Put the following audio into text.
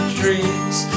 dreams